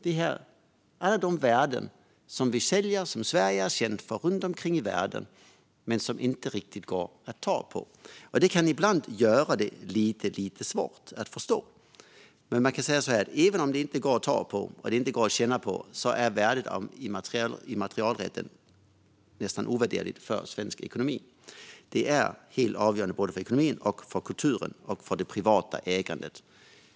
Det är värden som vi säljer och som Sverige är känt för runt om i världen men som inte riktigt går att ta på, och det kan ibland göra det lite svårt att förstå. Men man kan säga så här att även om det inte går att ta på så är värdet av immaterialrätten nästan ovärderligt för svensk ekonomi. Det är helt avgörande för både ekonomin, kulturen och det privata ägandet.